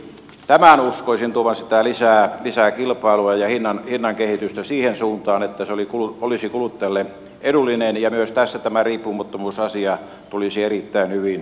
tämän uskoisin tuovan lisää kilpailua ja hinnan kehitystä siihen suuntaan että se olisi kuluttajalle edullinen ja myös tässä tämä riippumattomuusasia tulisi erittäin hyvin huomioiduksi